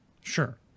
Sure